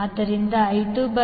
ಆದ್ದರಿಂದ I2I1 N1N2